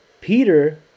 Peter